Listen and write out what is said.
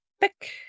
pick